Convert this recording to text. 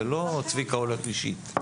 זה לא שאני צביקה הולך אישית.